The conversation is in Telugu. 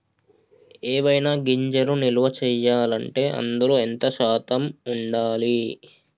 ఏవైనా గింజలు నిల్వ చేయాలంటే అందులో ఎంత శాతం ఉండాలి?